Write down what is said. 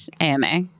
AMA